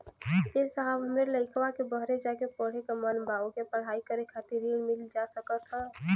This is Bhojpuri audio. ए साहब हमरे लईकवा के बहरे जाके पढ़े क मन बा ओके पढ़ाई करे खातिर ऋण मिल जा सकत ह?